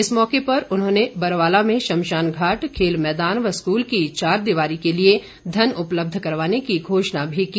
इस मौके पर उन्होंने बरवाला में शमशानघाट खेल मैदान व स्कूल की चार दीवारी के लिए धन उपलब्ध करवाने की घोषणा भी की